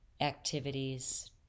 activities